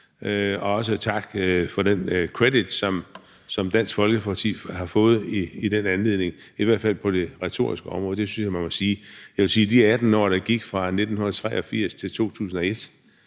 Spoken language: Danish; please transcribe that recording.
Og også tak for den credit, som Dansk Folkeparti har fået i den anledning, i hvert fald retorisk. Det synes jeg man må sige. Jeg vil sige, at i de 18 år, der gik fra 1983 til 2001,